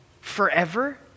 Forever